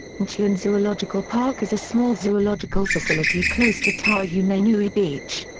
natureland zoological park is a small zoological facility close to tahunanui beach.